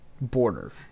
border